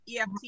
EFT